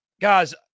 Guys